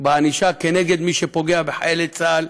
בענישה כנגד מי שפוגע בחיילי צה"ל,